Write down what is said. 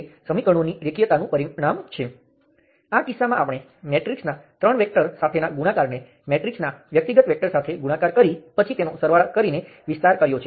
તેથી અહીં આ કિસ્સામાં I1 અને V3 ગણવામાં આવે છે અને તે કિસ્સામાં V2 ગણવામાં આવે છે તેથી આ સારું છે